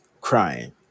crying